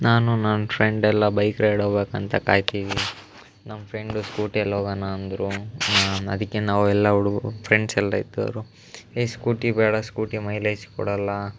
ನಾನು ನನ್ನ ಫ್ರೆಂಡ್ ಎಲ್ಲ ಬೈಕ್ ರೈಡ್ ಹೋಗ್ಬೇಕು ಅಂತ ಕಾಯ್ತಿದ್ವಿ ನಮ್ಮ ಫ್ರೆಂಡು ಸ್ಕೂಟಿಯಲ್ಲಿ ಹೋಗಣ ಅಂದರು ನಾನು ಅದಕ್ಕೆ ನಾವೆಲ್ಲ ಹುಡುಗರು ಫ್ರೆಂಡ್ಸ್ ಎಲ್ಲ ಇದ್ದವರು ಏಯ್ ಸ್ಕೂಟಿ ಬೇಡ ಸ್ಕೂಟಿ ಮೈಲೇಜ್ ಕೊಡೋಲ್ಲ